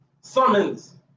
summons